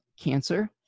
Cancer